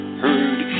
heard